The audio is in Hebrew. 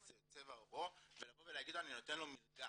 צבע עורו ולבוא ולהגיד לו "אני נותן לך מלגה".